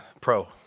pro